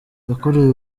yakoreye